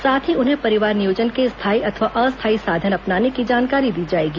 साथ ही उन्हें परिवार नियोजन के स्थायी अथवा अस्थायी साधन अपनाने की जानकारी दी जाएगी